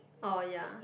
orh ya